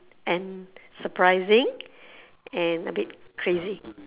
and surprising and a bit crazy